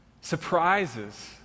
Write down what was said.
surprises